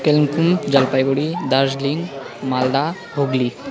Kalimpong Jalpaiguri Darjeeling Malda Hooghly